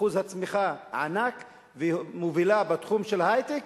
אחוז הצמיחה ענק והיא מובילה בתחום של היי-טק,